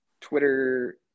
Twitter